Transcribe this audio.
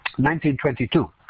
1922